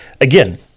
again